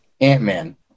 Ant-Man